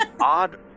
odd